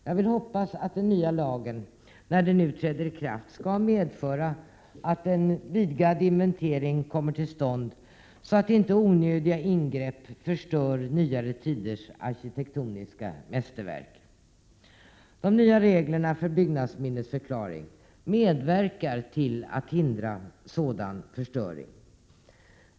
Jag hoppas att den nya lagen, när den nu träder i kraft, skall medföra att en vidgad inventering kommer till stånd, så att inte onödiga ingrepp förstör nyare tiders arkitektoniska mästerverk. De nya reglerna för byggnadsminnesförklaring medverkar till att hindra sådan förstöring.